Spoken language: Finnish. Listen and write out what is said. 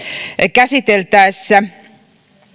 käsiteltäessä